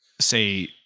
say